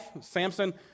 Samson